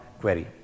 query